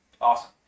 Awesome